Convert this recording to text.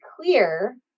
clear